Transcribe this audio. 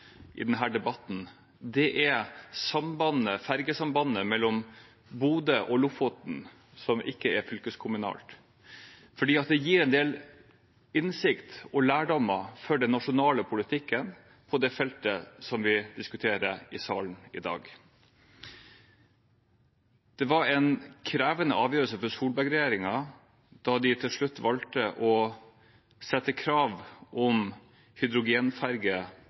i denne debatten, er ferjesambandet mellom Bodø og Lofoten, som ikke er fylkeskommunalt. Det gir en del innsikt og lærdommer for den nasjonale politikken på det feltet vi diskuterer i salen i dag. Det var en krevende avgjørelse for Solberg-regjeringen da de til slutt valgte å sette krav om